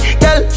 girl